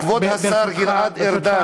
כבוד השר גלעד ארדן,